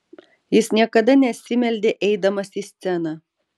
jis niekada nesimeldė eidamas į sceną